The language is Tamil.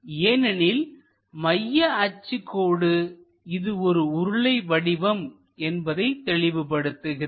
ஏனெனில் மைய அச்சு கோடு இது ஒரு உருளை வடிவம் என்பதை தெளிவுபடுத்துகிறது